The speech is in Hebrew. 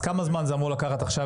כמה זמן זה אמור לקחת עכשיו,